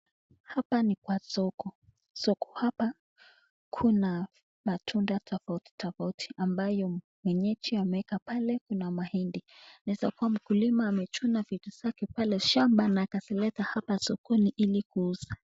Hapa ni kwa soko. Soko hapa kuna matunda tofauti tofauti ambayo mwenyeji ameweka pale kuna mahindi. Inaweza kuwa mkulima amechuna vitu zake pale shamba na akazileta hapa sokoni ili kuuza.